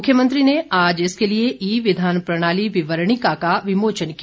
मुख्यमंत्री ने आज इसके लिए ई विधान प्रणाली विवरणिका का विमोचन किया